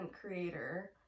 creator